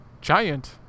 Giant